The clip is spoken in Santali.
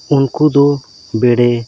ᱩᱱᱠᱩ ᱫᱚ ᱵᱮᱲᱮ